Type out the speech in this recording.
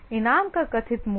इनाम का कथित मूल्य